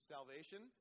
Salvation